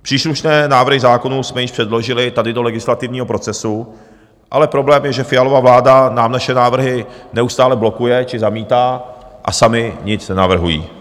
Příslušné návrhy zákonů jsme již předložili tady do legislativního procesu, ale problém je, že Fialova vláda nám naše návrhy neustále blokuje či zamítá a sami nic nenavrhují.